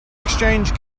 exchange